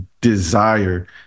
desire